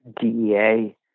DEA